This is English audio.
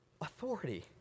authority